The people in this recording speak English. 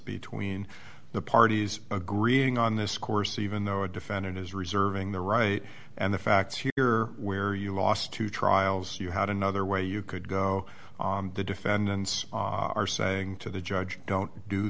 between the parties agreeing on this course even though a defendant is reserving the right and the facts here where you lost two trials you had another way you could go the defendants are saying to the judge don't do